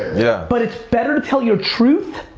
yeah. but it's better to tell your truth,